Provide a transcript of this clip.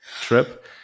trip